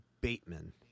Bateman